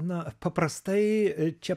na paprastai čia